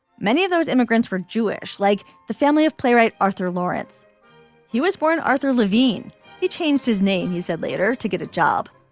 many of those immigrants were jewish. like the family of playwright arthur laurence he was born. arthur levine he changed his name. he said later to get a job.